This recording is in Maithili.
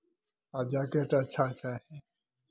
आ जैकेट अच्छा चाही